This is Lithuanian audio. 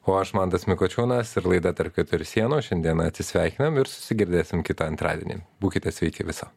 o aš mantas mikočiūnas ir laida tarp keturių sienų šiandieną atsisveikinam ir susigirdėsim kitą antradienį būkite sveiki viso